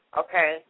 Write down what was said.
okay